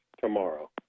tomorrow